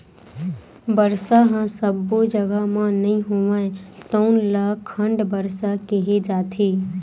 बरसा ह सब्बो जघा म नइ होवय तउन ल खंड बरसा केहे जाथे